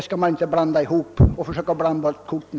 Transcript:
Försök alltså inte blanda ihop korten!